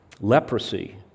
Leprosy